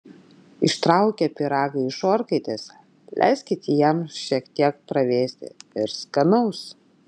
ištraukę pyragą iš orkaitės leiskite jam šiek tiek pravėsti ir skanaus